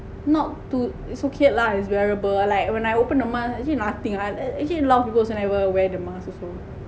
not too it's okay lah it's bearable like when I opened the mask actually nothing actually lot of people never wear the mask also